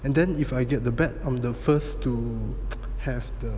and then if I get the bat I'm the first to have the